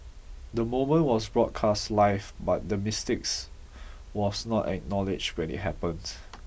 the moment was broadcast live but the mistakes was not acknowledged when it happened